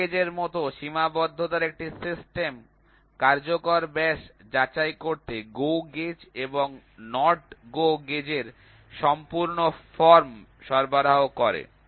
plug গেজের মতো সীমাবদ্ধতার একটি সিস্টেম কার্যকর ব্যাস যাচাই করতে GO গেজ এবং NOT GO গেজের সম্পূর্ণ ফর্ম সরবরাহ করে